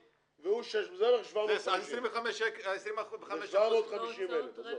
הפקידה והסגן זה 300,000, זה בערך 750,000 שקל.